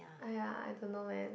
!aiya! I don't know leh